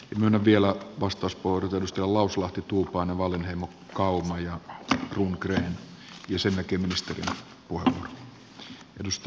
on vielä vasta sportextra lauslahti tuuban valinneen olisimmeko me valmiita tällaista yhteistä asiamiestä kannattamaan